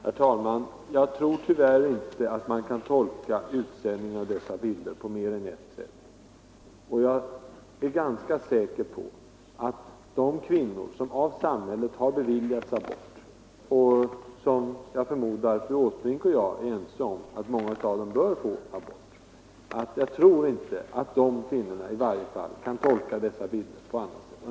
Herr talman! Jag tror tyvärr inte att man kan tolka utsändningen av dessa bilder på mer än ett sätt. Jag är ganska säker på hur de kvinnor som av samhället beviljats abort — jag förmodar att fru Åsbrink och jag är ense om att många av dem bör få abort — uppfattar dessa bilder.